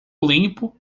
limpo